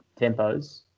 tempos